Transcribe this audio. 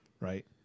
right